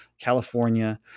California